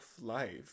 life